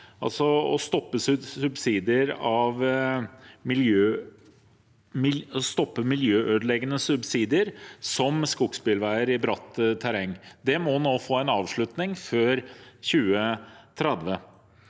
som å stoppe miljøødeleggende subsidier til skogsbilveier og hogst i bratt terreng. De må nå få en avslutning før 2030.